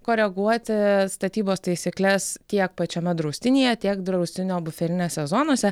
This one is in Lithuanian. koreguoti statybos taisykles tiek pačiame draustinyje tiek draustinio buferinėse zonose